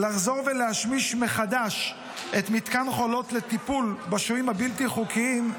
לחזור ולהשמיש מחדש את מתקן חולות לטיפול בשוהים הבלתי-חוקיים,